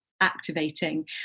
activating